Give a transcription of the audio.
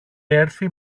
έρθει